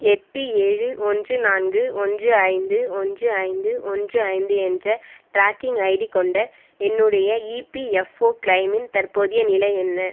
எட்டு ஏழு ஒன்று நான்கு ஒன்று ஐந்து ஒன்று ஐந்து ஒன்று ஐந்து என்ற ட்ராக்கிங் ஐடி கொண்ட என்னுடைய இபிஎஃப்ஓ கிளெய்மின் தற்போதைய நிலை என்ன